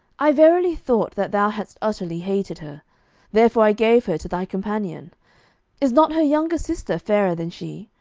i verily thought that thou hadst utterly hated her therefore i gave her to thy companion is not her younger sister fairer than she?